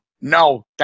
No